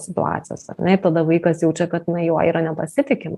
situacijos ar ne ir tada vaikas jaučia kad nu juo yra nepasitikima